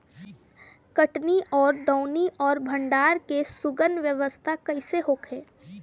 कटनी और दौनी और भंडारण के सुगम व्यवस्था कईसे होखे?